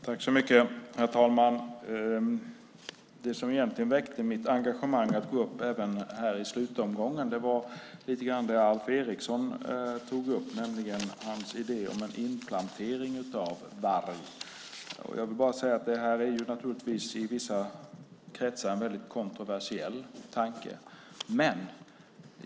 Herr talman! Det som egentligen väckte mitt engagemang och fick mig att gå upp i talarstolen även i denna slutomgång var det som Alf Eriksson tog upp, nämligen hans idé om inplantering av varg. Jag vill bara säga att det i vissa kretsar naturligtvis är en mycket kontroversiell tanke.